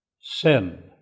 sin